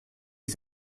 des